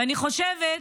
ואני חושבת,